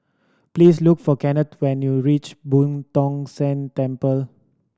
please look for Kennth when you reach Boo Tong San Temple